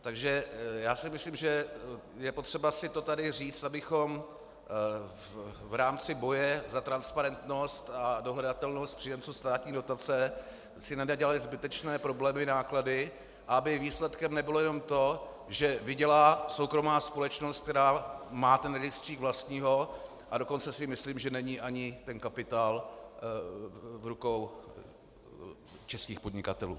Takže já si myslím, že je potřeba si to tady říct, abychom v rámci boje za transparentnost a dohledatelnost příjemců státní dotace si nenadělali zbytečné problémy a náklady a aby výsledkem nebylo jenom to, že vydělá soukromá společnost, která má rejstřík, vlastní ho, a dokonce si myslím, že není ani ten kapitál v rukou českých podnikatelů.